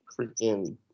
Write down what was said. freaking